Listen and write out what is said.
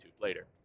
later